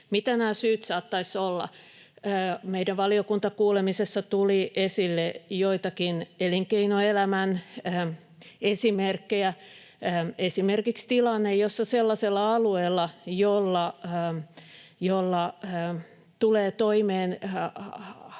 Mitä nämä syyt saattaisivat olla? Meidän valiokuntakuulemisessa tuli esille joitakin elinkeinoelämän esimerkkejä, esimerkiksi tilanne, jossa sellaisella alueella, jolla tulee toimeen